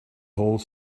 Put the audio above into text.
whole